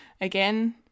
again